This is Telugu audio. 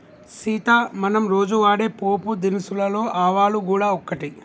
సీత మనం రోజు వాడే పోపు దినుసులలో ఆవాలు గూడ ఒకటి